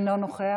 אינו נוכח.